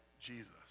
Jesus